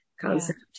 concept